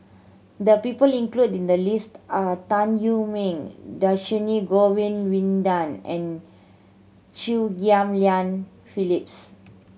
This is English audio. the people included in the list are Tan Wu Meng Dhershini Govin Winodan and Chew Ghim Lian Phyllis